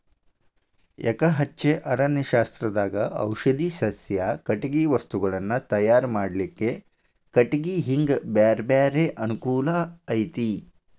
ಎಕಹಚ್ಚೆ ಅರಣ್ಯಶಾಸ್ತ್ರದಾಗ ಔಷಧಿ ಸಸ್ಯ, ಕಟಗಿ ವಸ್ತುಗಳನ್ನ ತಯಾರ್ ಮಾಡ್ಲಿಕ್ಕೆ ಕಟಿಗಿ ಹಿಂಗ ಬ್ಯಾರ್ಬ್ಯಾರೇ ಅನುಕೂಲ ಐತಿ